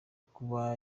kuba